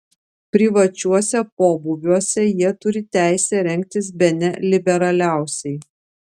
privačiuose pobūviuose jie turi teisę rengtis bene liberaliausiai